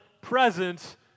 presence